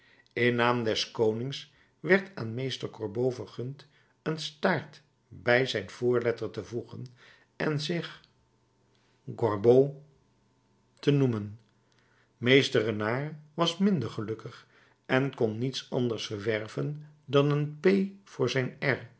in naam des konings werd aan meester corbeau vergund een staart bij zijn voorletter te voegen en zich gorbeau te noemen meester renard was minder gelukkig en kon niets anders verwerven dan een p voor zijn